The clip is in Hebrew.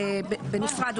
בנפרד,